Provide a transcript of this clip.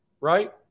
right